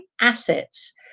assets